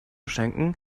schenken